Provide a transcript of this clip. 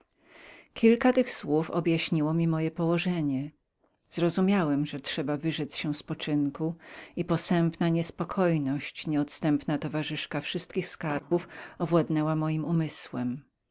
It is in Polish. kilka tych słów objaśniło mi moje położenie widziałem że trzebabyło wyrzec się spoczynku i posępna niespokojność nieodstępna towarzyszka wszystkich skarbów owładnęła moim umysłem